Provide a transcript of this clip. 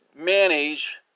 manage